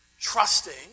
trusting